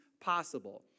possible